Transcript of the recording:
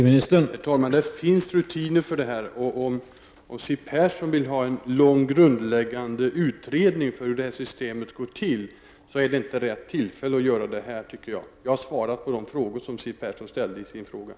Herr talman! Det finns rutiner för sådana här fall, men det är inte rätta tillfället att här ge en lång, grundläggande redogörelse för hur systemet fungerar, om det är det Siw Persson vill ha. Jag har svarat på de frågor som Siw Persson har ställt.